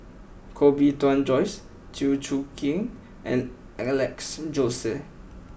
Koh Bee Tuan Joyce Chew Choo Keng and Alex Josey